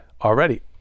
already